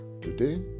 Today